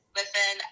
listen